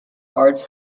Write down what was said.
arts